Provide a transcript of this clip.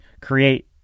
create